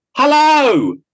Hello